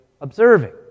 observing